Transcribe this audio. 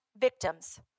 victims